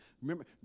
Remember